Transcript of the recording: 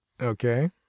Okay